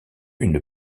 une